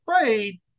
afraid